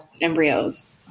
embryos